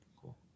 Cool